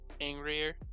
angrier